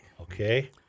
Okay